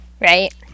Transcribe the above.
right